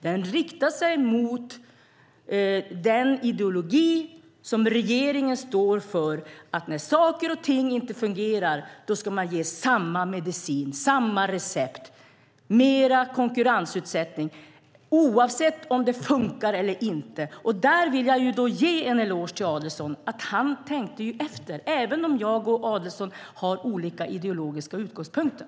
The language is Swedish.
Den riktar sig mot den ideologi som regeringen står för, nämligen att när saker och ting inte fungerar ska man ge samma medicin, samma recept, det vill säga mera konkurrensutsättning, oavsett om det fungerar eller inte. Där vill jag ge en eloge till Adelsohn för att han tänkte efter. Det gör jag även om jag och Adelsohn har olika ideologiska utgångspunkter.